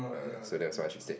err so that was what she said